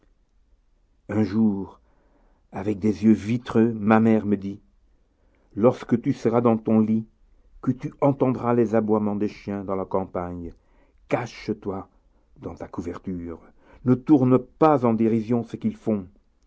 un jour avec des yeux vitreux ma mère me dit lorsque tu seras dans ton lit que tu entendras les aboiements des chiens dans la campagne cache-toi dans ta couverture ne tourne pas en dérision ce qu'ils font